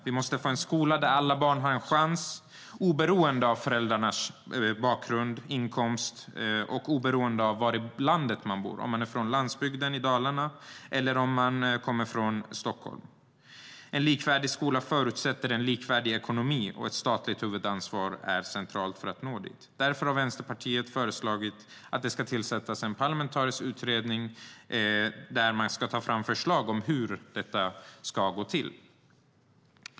Vi måste få en skola där alla barn har en chans oberoende av föräldrarnas bakgrund och inkomst och oberoende av var i landet man bor, det vill säga oberoende av om man kommer från landsbygden i Dalarna eller från Stockholm. En likvärdig skola förutsätter en likvärdig ekonomi, och ett statligt huvudansvar är centralt för att nå dit. Därför har Vänsterpartiet föreslagit att det ska tillsättas en parlamentarisk utredning som ska ta fram förslag om hur detta ska gå till.